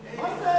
איך,